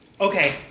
Okay